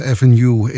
Avenue